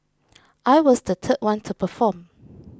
I was the third one to perform